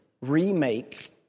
remake